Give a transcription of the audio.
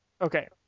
okay